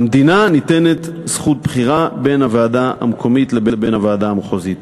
למדינה ניתנת זכות בחירה בין הוועדה המקומית לבין הוועדה המחוזית.